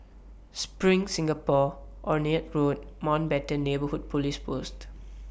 SPRING Singapore Onraet Road Mountbatten Neighbourhood Police Post